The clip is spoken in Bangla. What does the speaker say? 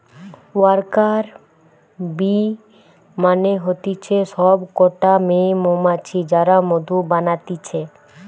ওয়ার্কার বী মানে হতিছে সব কটা মেয়ে মৌমাছি যারা মধু বানাতিছে